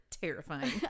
terrifying